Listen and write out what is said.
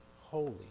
Holy